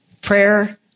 prayer